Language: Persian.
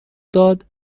داد